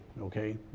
okay